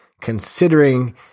considering